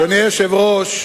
אדוני היושב-ראש,